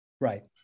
Right